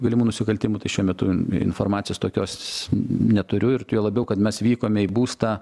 galimų nusikaltimų tai šiuo metu informacijos tokios neturiu ir juo labiau kad mes vykome į būstą